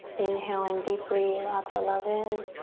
inhale in deeply, lots of love in.